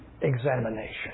examination